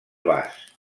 bas